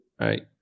right